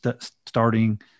starting